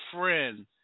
friend